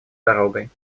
дорогой